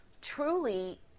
truly